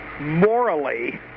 morally